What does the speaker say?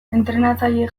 entrenatzaileek